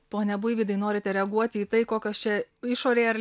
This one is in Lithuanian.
pone buivydai norite reaguoti į tai kokios čia išorėje ar